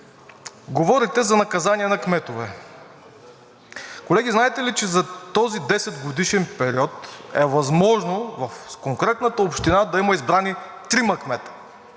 Говорите за наказания на кметове. Колеги, знаете ли, че за този 10-годишен период е възможно в конкретната община да има избрани трима